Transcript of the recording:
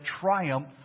triumph